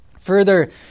Further